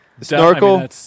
Snorkel